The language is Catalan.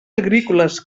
agrícoles